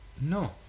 No